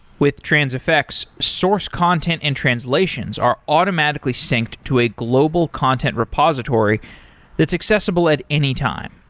with transifex, source content and translations are automatically synced to a global content repository that's accessible at any time.